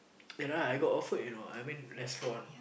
yeah lah I got offered you know I went restaurant